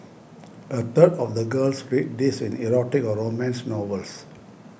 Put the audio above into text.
a third of the girls read these in erotic or romance novels